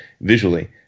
visually